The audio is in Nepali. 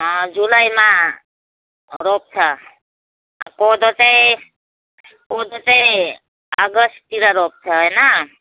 जुलाईमा रोप्छ कोदो चाहिँ कोदो चाहिँ अगस्ततिर रोप्छ होइन